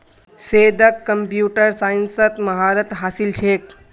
सैयदक कंप्यूटर साइंसत महारत हासिल छेक